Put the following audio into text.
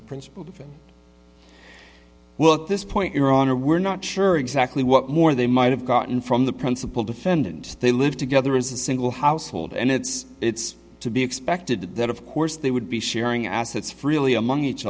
the principle that well at this point your honor we're not sure exactly what more they might have gotten from the principal defendant they lived together as a single household and it's it's to be expected that of course they would be sharing assets freely among each